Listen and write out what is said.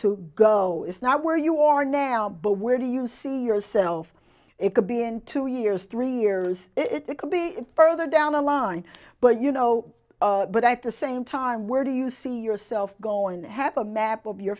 to go it's not where you are now but where do you see yourself it could be in two years three years it could be further down the line but you know what i have to same time where do you see yourself go and have a map of your